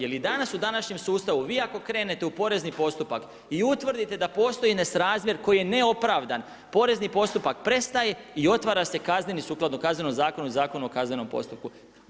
Jer i danas u današnjem sustavu vi ako krenete u porezni postupak i utvrdite da postoji nesrazmjer koji je neopravdan porezni postupak prestaje i otvara se kazneni sukladno Kaznenom zakonu i Zakonu o kaznenom postupku.